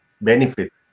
benefit